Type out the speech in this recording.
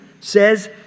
says